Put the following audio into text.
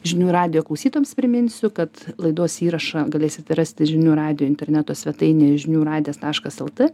žinių radijo klausytojams priminsiu kad laidos įrašą galėsite rasti žinių radijo interneto svetainėje žinių radijas taškas lt